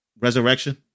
Resurrection